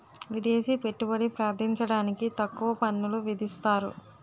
విదేశీ పెట్టుబడి ప్రార్థించడానికి తక్కువ పన్నులు విధిస్తారు